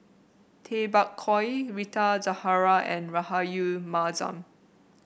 Tay Bak Koi Rita Zahara and Rahayu Mahzam